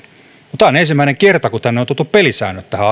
mutta tämä on ensimmäinen kerta kun tänne on tuotu pelisäännöt tähän